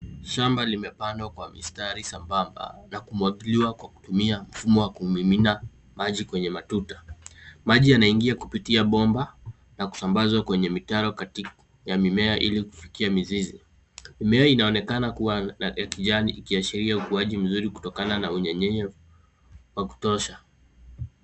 Shamba limepandwa kwa mistari sambamba na kumwagiliwa kutumia mfumo wa kumimina maji kwenye matuta. Maji yanaingia kupitia bomba na kusambazwa kwenye mitaro katikati ya mimea ili kufikia mizizi. Mimea inaonekana kua ya kijani ikiashiria ukuaji mzuri kutokana unyevunyevu wa kutosha.